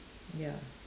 ya